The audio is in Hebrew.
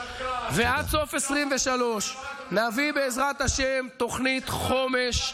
שקרן, עד סוף 2023 נביא, בעזרת השם, תוכנית חומש.